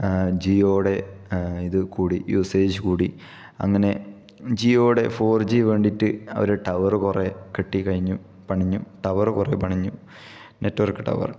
ജിയോടെ ഇത് കൂടി യൂസേജ് കൂടി അങ്ങനെ ജിയോടെ ഫോർ ജി വേണ്ടിയിട്ട് അവര് ടവറ് കുറെ കെട്ടി കഴിഞ്ഞു പണിഞ്ഞു ടവറ് കുറെ പണിഞ്ഞു നെറ്റ് വർക്ക് ടവർ